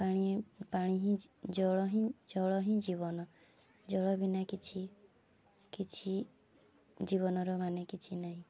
ପାଣି ପାଣି ହିଁ ଜଳ ହିଁ ଜଳ ହିଁ ଜୀବନ ଜଳ ବିନା କିଛି କିଛି ଜୀବନର ମାନେ କିଛି ନାହିଁ